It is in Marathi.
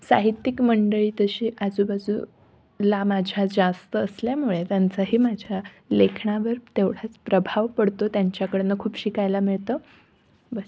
साहित्यिक मंडळी तशी आजूबाजू ला माझ्या जास्त असल्यामुळे त्यांचाही माझ्या लेखनावर तेवढाच प्रभाव पडतो त्यांच्याकडनं खूप शिकायला मिळतं बस